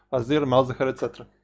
azir, malzahar, etc.